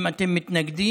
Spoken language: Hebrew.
אם אתם מתנגדים,